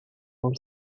all